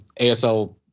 ASL